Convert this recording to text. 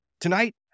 Tonight